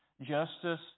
justice